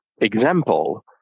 example